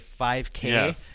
5K